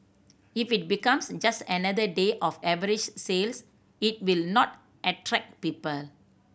if it becomes just another day of average sales it will not attract people